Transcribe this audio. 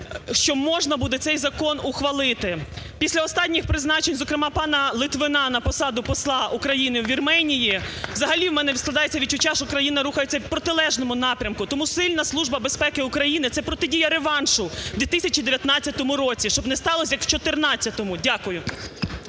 що можна буде цей закон ухвалити. Після останніх призначень, зокрема, пана Литвина на посаду посла України у Вірменії взагалі у мене складається відчуття, що країна рухається в протилежному напрямку. Тому сильна Служба безпеки України – це протидія реваншу в 2019 році, щоб не сталося як, в 2014. Дякую.